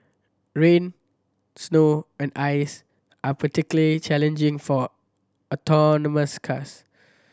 rain snow and ice are particularly challenging for autonomous cars